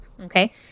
okay